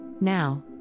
Now